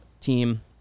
team